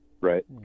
Right